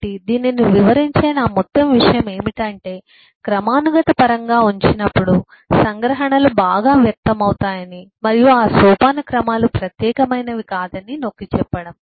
కాబట్టి దీనిని వివరించే నా మొత్తం విషయం ఏమిటంటే క్రమానుగత పరంగా ఉంచినప్పుడు సంగ్రహణలు బాగా వ్యక్తమవుతాయని మరియు ఆ సోపానక్రమాలు ప్రత్యేకమైనవి కాదని నొక్కి చెప్పడం